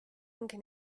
ongi